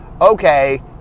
okay